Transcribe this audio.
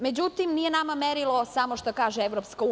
Međutim, nije nama merilo samo šta kaže EU.